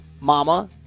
Mama